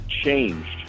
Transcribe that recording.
changed